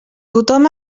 tothom